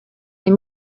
les